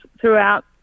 throughout